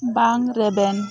ᱵᱟᱝ ᱨᱮᱵᱮᱱ